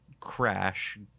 crash